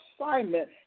assignment